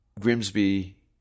Grimsby